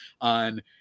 on